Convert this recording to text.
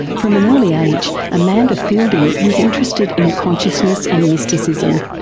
from an early age amanda feilding was interested in consciousness and mysticism.